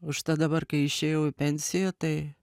užtat dabar kai išėjau į pensiją tai